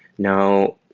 now,